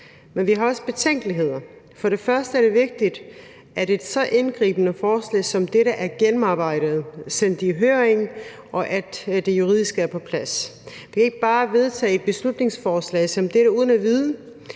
Men vi har også betænkeligheder. For det første er det vigtigt, at et så indgribende forslag som dette er gennemarbejdet, sendt i høring, og at det juridisk er på plads. Vi kan ikke bare vedtage et beslutningsforslag som dette uden at vide,